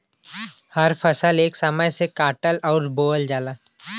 हर फसल एक समय से काटल अउर बोवल जाला